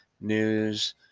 news